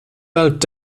bald